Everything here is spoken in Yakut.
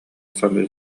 саныы